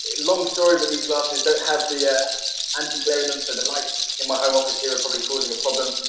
long story, but these glasses don't have the ah anti glare in them so the light in my home office here are probably causing a problem,